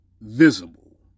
Visible